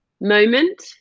moment